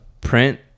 print